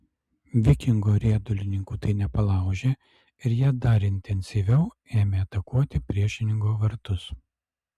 vikingo riedulininkų tai nepalaužė ir jie dar intensyviau ėmė atakuoti priešininko vartus